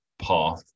path